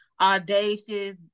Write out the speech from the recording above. audacious